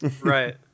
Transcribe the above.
Right